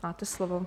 Máte slovo.